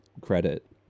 credit